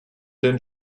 denn